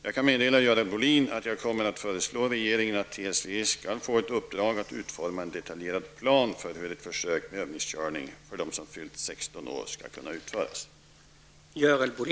Jag kan meddela Görel Bohlin att jag kommer att föreslå regeringen att TSV skall få ett uppdrag att utforma en detaljerad plan för hur ett försök med övningskörning för dem som fyllt 16 år skulle kunna utföras.